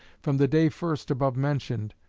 from the day first above mentioned,